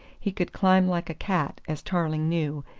he could climb like a cat, as tarling knew,